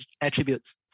attributes